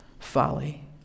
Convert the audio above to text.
folly